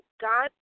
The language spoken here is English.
God